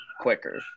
quicker